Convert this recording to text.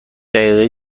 دقیقه